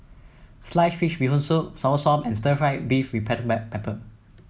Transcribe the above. Sliced Fish Bee Hoon Soup Soursop and Stir Fried Beef with Black Pepper